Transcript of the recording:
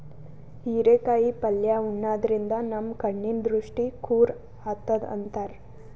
ಹಿರೇಕಾಯಿ ಪಲ್ಯ ಉಣಾದ್ರಿನ್ದ ನಮ್ ಕಣ್ಣಿನ್ ದೃಷ್ಟಿ ಖುರ್ ಆತದ್ ಅಂತಾರ್